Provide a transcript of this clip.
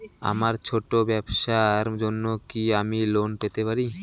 আমার ছোট্ট ব্যাবসার জন্য কি আমি লোন পেতে পারি?